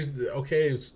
okay